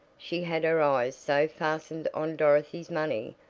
she had her eyes so fastened on dorothy's money,